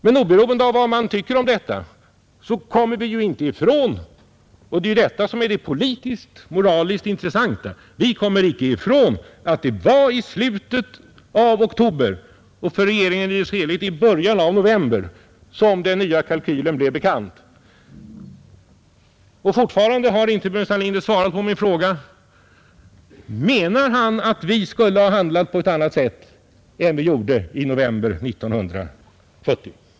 Men oberoende av vad man tycker om detta, så kommer vi ju inte ifrån — och det är detta som är det politiskt-moraliskt intressanta — att det var i slutet av oktober, och för regeringen i dess helhet i början av november, som den nya kalkylen blev bekant. Och fortfarande har inte herr Burenstam Linder svarat på min fråga: Menar herr Burenstam Linder att vi skulle ha handlat på ett annat sätt än vi gjorde i november 1970?